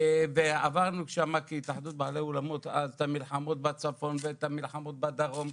עברנו שם כהתאחדות בעלי אולמות אז את המלחמות בצפון ואת המלחמות בדרום,